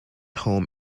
home